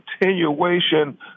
continuation